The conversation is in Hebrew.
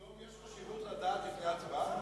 פתאום יש חשיבות לדעת לפני ההצבעה?